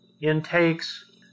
intakes